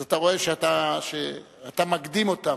אז אתה רואה שאתה מקדים אותם.